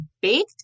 baked